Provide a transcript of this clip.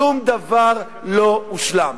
שום דבר לא הושלם.